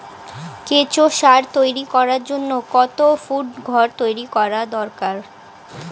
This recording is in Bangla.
কেঁচো সার তৈরি করার জন্য কত ফুট ঘর তৈরি করা দরকার?